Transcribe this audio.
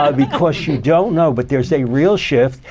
ah because you don't know, but there's a real shift.